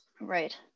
Right